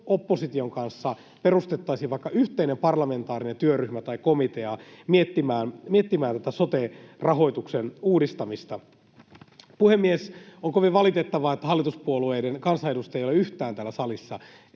opposition kanssa perustettaisiin vaikka yhteinen parlamentaarinen työryhmä tai komitea miettimään tätä sote-rahoituksen uudistamista. Puhemies! On kovin valitettavaa, että hallituspuolueiden kansanedustajia ei ole yhtään täällä salissa